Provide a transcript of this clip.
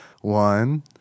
one